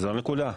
זו הנקודה,